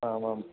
आम् आं